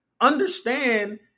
understand